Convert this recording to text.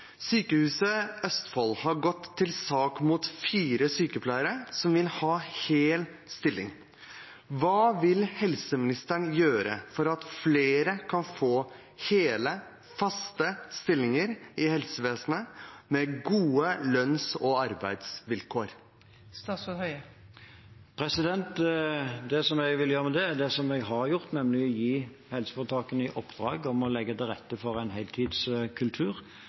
Sykehuset Østfold har gått til sak mot fire sykepleiere som vil ha hel stilling. Hva vil helseministeren gjøre for at flere kan få hele, faste stillinger i helsevesenet med gode lønns- og arbeidsvilkår? Det jeg vil gjøre med det, er det jeg har gjort, nemlig å gi helseforetakene i oppdrag å legge til rette for en heltidskultur.